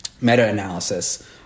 meta-analysis